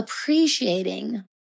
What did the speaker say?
appreciating